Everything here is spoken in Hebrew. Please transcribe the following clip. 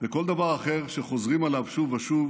וכל דבר אחר שחוזרים עליו שוב ושוב